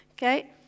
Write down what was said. Okay